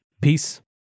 Peace